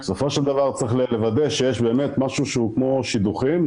בסופו של דבר צריך לוודא שיש באמת משהו שהוא כמו שידוכים,